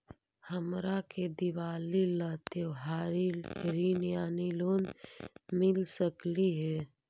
हमरा के दिवाली ला त्योहारी ऋण यानी लोन मिल सकली हे?